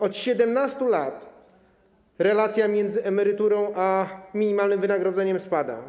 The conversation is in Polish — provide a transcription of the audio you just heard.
Od 17 lat relacja między emeryturą a minimalnym wynagrodzeniem spada.